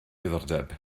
diddordeb